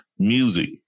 music